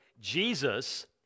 Jesus